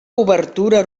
obertura